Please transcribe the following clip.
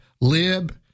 lib